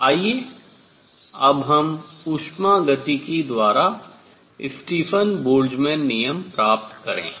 आइए अब हम उष्मागतिकी द्वारा स्टीफन बोल्ट्जमैन नियम प्राप्त करतें है